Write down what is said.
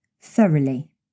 thoroughly